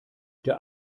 der